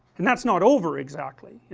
and that's not over exactly,